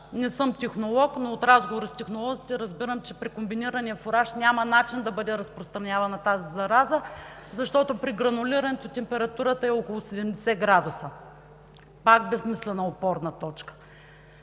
Не съм технолог, но от разговори с технолозите разбирам, че при комбинирания фураж няма начин да бъде разпространявана тази зараза, защото при гранулирането температурата е около 70 градуса – пак безсмислена опорна точка.